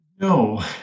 no